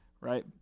right